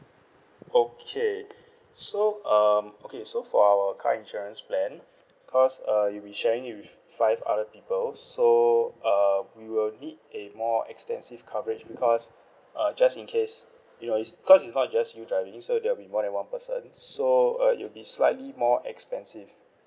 okay so um okay so for our car insurance plan cause uh you'll be sharing it with five other people so uh we will need a more extensive coverage because uh just in case you know just cause it's not just you driving so there'll be more than one person so uh it will be slightly more expensive